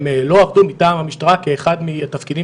הם לא עבדו מטעם המשטרה כאחד מהתפקידים